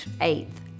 eighth